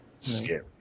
Scary